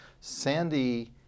Sandy